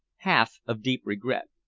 half of deep regret.